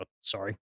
Sorry